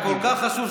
אתה כל כך חשוב,